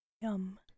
Yum